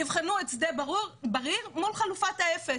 יבחנו את זה שדה בריר מול חלופת האפס